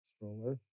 stroller